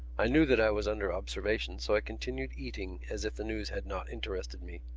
i knew that i was under observation so i continued eating as if the news had not interested me.